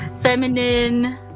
feminine